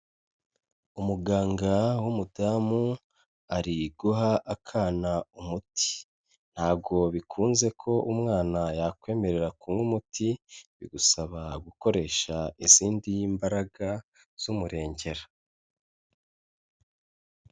Umuganga w'umudamu ari guha akana umuti. Ntago bikunze ko umwana yakwemerera kunywa umuti, bigusaba gukoresha izindi mbaraga z'umurengera.